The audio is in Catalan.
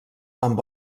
amb